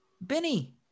Benny